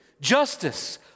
justice